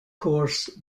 course